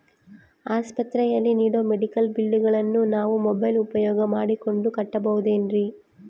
ಆಸ್ಪತ್ರೆಯಲ್ಲಿ ನೇಡೋ ಮೆಡಿಕಲ್ ಬಿಲ್ಲುಗಳನ್ನು ನಾವು ಮೋಬ್ಯೆಲ್ ಉಪಯೋಗ ಮಾಡಿಕೊಂಡು ಕಟ್ಟಬಹುದೇನ್ರಿ?